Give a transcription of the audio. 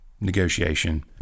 negotiation